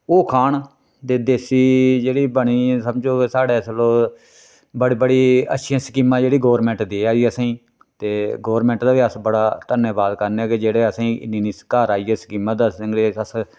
ओह् खान ते देसी जेह्ड़ी बनी दी समझो के साढ़े इसलै बड़ी बड़ी अच्छियां स्कीमां जेह्ड़ी गोरमैंट देआ दी ऐ असेंगी ते गोरमैंट दा बी अस बड़ा धन्नवाद करने आं के जेह्ड़ा असेंगी इन्नी इन्नी घर आइयै स्कीमां दसदे न